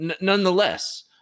nonetheless